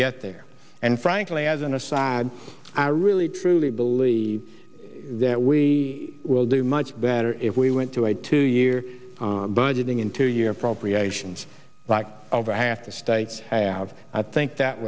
get there and frankly as an aside i really truly believe that we will do much better if we went to a two year budgeting in two year appropriations like over half the states have i think that